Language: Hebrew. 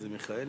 מה אתה חושב?